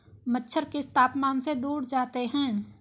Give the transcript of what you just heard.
मच्छर किस तापमान से दूर जाते हैं?